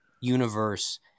universe